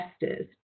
investors